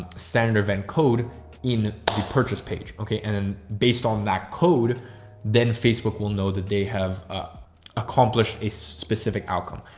senator event code in the purchase page. okay. and then based on that code then facebook will know that they have ah accomplished a specific outcome.